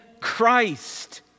Christ